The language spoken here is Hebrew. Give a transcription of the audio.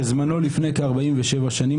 שזמנו לפני כארבעים ושבע שנים,